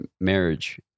marriage